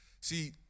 see